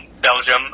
Belgium